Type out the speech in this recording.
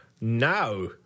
Now